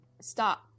stop